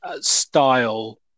style